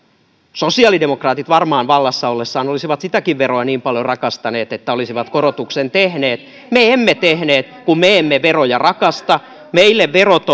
sosiaalidemokraatit varmaan vallassa ollessaan olisivat sitäkin veroa niin paljon rakastaneet että olisivat korotuksen tehneet me emme tehneet kun me emme veroja rakasta meille verot